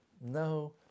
no